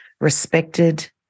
respected